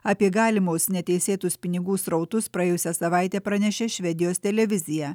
apie galimus neteisėtus pinigų srautus praėjusią savaitę pranešė švedijos televizija